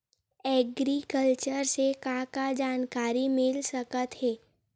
Agriculture से का का जानकारी मिल सकत हे?